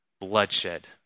bloodshed